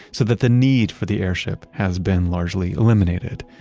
so that the need for the airship has been largely eliminated,